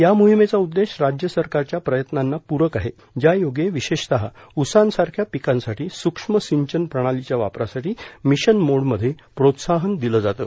या मोहिमेचा उद्देश राज्य सरकारच्या प्रयत्नांना प्ररक आहे ज्यायोगे विशेषतः ऊसासांसारख्या पिकांसाठी स्रक्ष्म सिंचन प्रणालीच्या वापरासाठी मिशन मोड मध्ये प्रोत्साहन दिले जाते